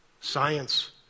science